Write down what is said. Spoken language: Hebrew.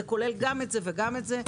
זה כולל גם את זה וגם את זה.